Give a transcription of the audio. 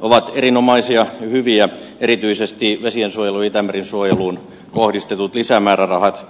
ovat erinomaisia hyviä erityisesti vesiensuojeluun itämeren suojeluun kohdistetut lisämäärärahat